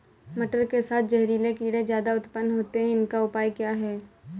मटर के साथ जहरीले कीड़े ज्यादा उत्पन्न होते हैं इनका उपाय क्या है?